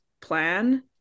plan